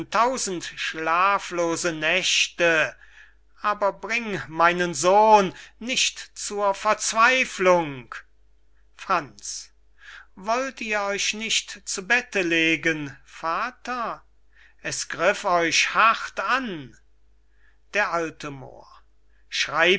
tausend schlaflose nächte aber bring meinen sohn nicht zur verzweiflung franz wollt ihr euch nicht zu bette legen vater es griff euch hart an d a moor schreib